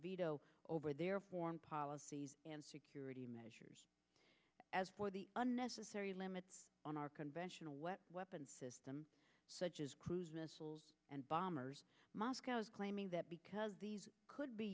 veto over their foreign policies and security measures as for the unnecessary limits on our conventional weapons system such as cruise missiles and bombers moscow is claiming that because these could be